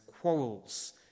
quarrels